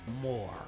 more